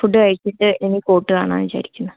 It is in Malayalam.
ഫുഡ് കഴിച്ചിട്ട് ഇനി കോട്ട കാണാമെന്ന് വിചാരിക്കുന്നു